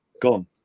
gone